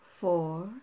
four